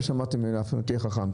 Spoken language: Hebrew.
לא שמעתי מהם אף פעם: תהיה חכם.